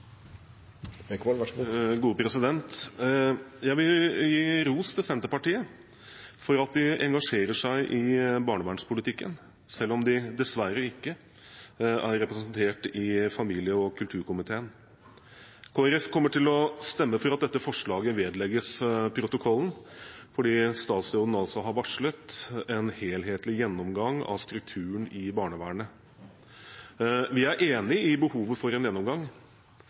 representert i familie- og kulturkomiteen. Kristelig Folkeparti kommer til å stemme for at dette forslaget vedlegges protokollen, fordi statsråden har varslet en helhetlig gjennomgang av strukturen i barnevernet. Vi er enig i behovet for en gjennomgang.